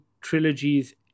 trilogies